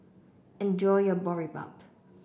enjoy your Boribap